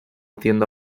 tienda